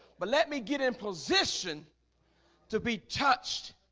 but let me get in position to be touched